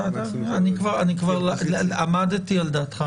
אני כבר עמדתי על דעתך,